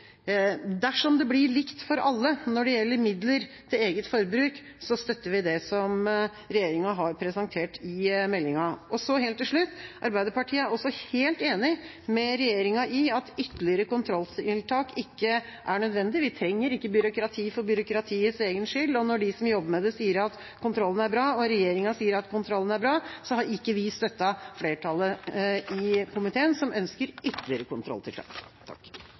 Dersom det blir likt for alle når det gjelder midler til eget forbruk, støtter vi det som regjeringa har presentert i meldinga. Helt til slutt: Arbeiderpartiet er også helt enig med regjeringa i at ytterligere kontrolltiltak ikke er nødvendig. Vi trenger ikke byråkrati for byråkratiets egen skyld, og når de som jobber med det, sier at kontrollen er bra, og regjeringa sier at kontrollen er bra, har vi ikke støttet flertallet i komiteen, som ønsker ytterligere kontrolltiltak. Jeg vil starte med det som representanten Lise Christoffersen sa om at dette